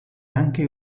anche